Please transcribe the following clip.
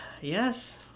Yes